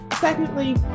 Secondly